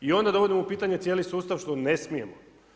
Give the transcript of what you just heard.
I onda dovodimo u pitanje cijeli sustav što ne smijemo.